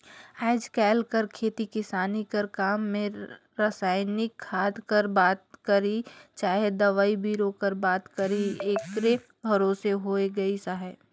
आएज काएल कर खेती किसानी कर काम में रसइनिक खाद कर बात करी चहे दवई बीरो कर बात करी एकरे भरोसे होए गइस अहे